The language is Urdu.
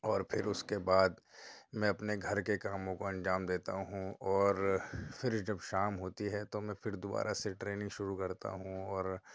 اور پھر اس کے بعد میں اپنے گھر کے کاموں کو انجام دیتا ہوں اور پھر جب شام ہوتی ہے تو میں پھر دوبارہ سے ٹریننگ شروع کرتا ہوں اور